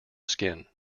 skin